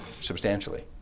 substantially